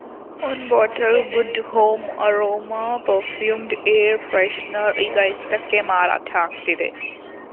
one bottle good home aroma perfumed air freshener ಈಗ ಎಷ್ಟಕ್ಕೆ ಮಾರಾಟ ಆಗ್ತಿದೆ